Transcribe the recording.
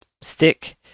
stick